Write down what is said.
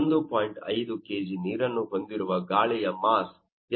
5 kg ನೀರನ್ನು ಹೊಂದಿರುವ ಗಾಳಿಯ ಮಾಸ್ ಎಷ್ಟು ಮತ್ತು 1